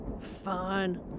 Fine